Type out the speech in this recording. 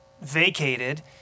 vacated